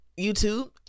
YouTube